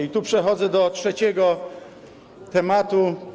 I tu przechodzę do trzeciego tematu.